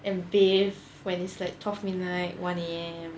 and bathe when it's like twelve midnight one A_M